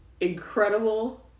incredible